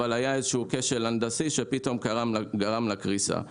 אבל היה איזשהו כשל הנדסי שפתאום גרם לקריסה.